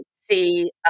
see